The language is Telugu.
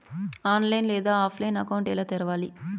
ఆన్లైన్ లేదా ఆఫ్లైన్లో అకౌంట్ ఎలా తెరవాలి